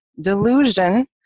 delusion